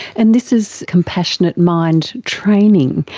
and this is compassionate mind training.